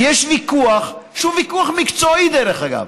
יש ויכוח שהוא ויכוח מקצועי, דרך אגב,